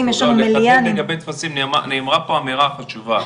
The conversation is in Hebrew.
לגבי טפסים, נאמרה פה אמירה חשובה,